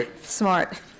Smart